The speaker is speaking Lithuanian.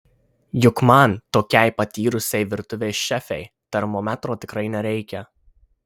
juk man tokiai patyrusiai virtuvės šefei termometro tikrai nereikia